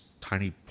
tiny